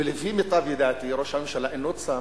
ולפי מיטב ידיעתי ראש הממשלה אינו צם.